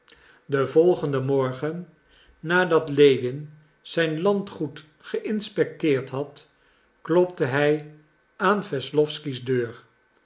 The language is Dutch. den volgenden morgen nadat lewin zijn landgoed geïnspecteerd had klopte hij aan wesslowsky's deur